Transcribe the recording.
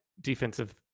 defensive